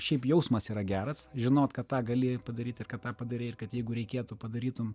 šiaip jausmas yra geras žinot kad tą gali padaryt ir kad tą padarei ir kad jeigu reikėtų padarytum